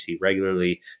regularly